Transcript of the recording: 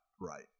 right